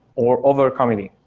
or overcommitting,